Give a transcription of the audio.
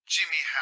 Jimmy